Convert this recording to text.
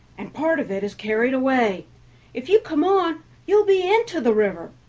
and part of it is carried away if you come on you'll be into the river.